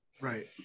right